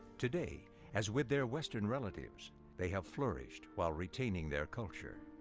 today as with their western relatives they have flourished while retaining their culture.